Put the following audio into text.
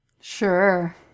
Sure